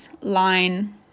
line